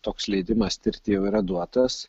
toks leidimas tirti jau yra duotas